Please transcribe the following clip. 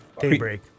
daybreak